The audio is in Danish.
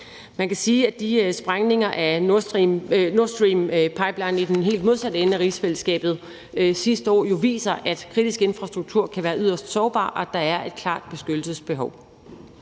Man kan sige, at de sprængninger af Nordstreampipelinen i den helt modsatte ende af rigsfællesskabet sidste år jo viser, at kritisk infrastruktur kan være yderst sårbar, og at der er et klart beskyttelsesbehov.